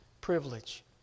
privilege